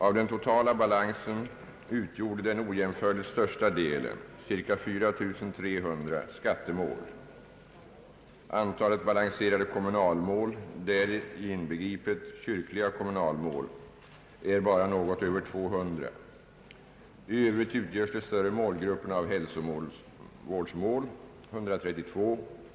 Av den totala balansen utgjorde den ojämförligt största delen skattemål. Antalet balanserade kommunalmål, där inbegripet kyrkliga kommunalmål, är bara något över 200. I övrigt utgörs de större målgrupperna av hälsovårdsmål , byggnadsmål .